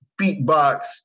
beatbox